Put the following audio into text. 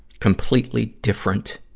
completely different,